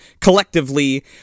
collectively